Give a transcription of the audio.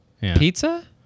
Pizza